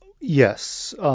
Yes